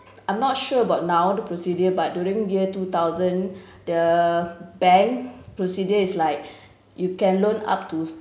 I'm not sure about now the procedure but during year two thousand the bank procedure is like you can loan up to